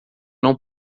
não